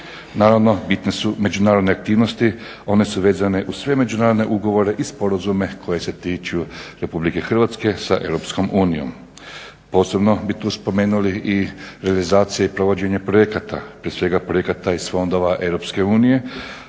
Naravno bitne su međunarodne aktivnosti, one su vezane uz sve međunarodne ugovore i sporazume koji se tiču RH sa EU. Posebno bi tu spomenuli i realizacije i provođenje projekata, prije svega projekata iz fondova EU a od svih